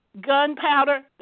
gunpowder